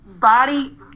body